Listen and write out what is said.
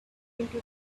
into